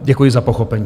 Děkuji za pochopení.